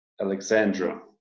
Alexandra